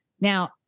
Now